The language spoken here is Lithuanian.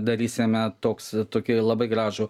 darysime toks tokį labai gražų